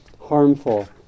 harmful